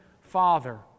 father